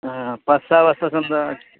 हां पाच सहा वाजता समजा